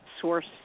source